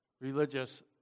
religious